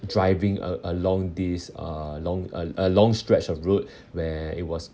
driving uh along this uh long uh uh long stretch of road where it was